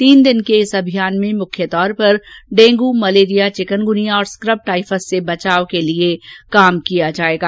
तीन दिन के इस अभियान में मुख्य तौर पर डेंगू मलेरिया चिकनगुनिया और स्क्रब टाइफस से बचाव के लिये काम किया जायेगा